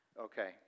Okay